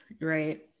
Right